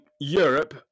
Europe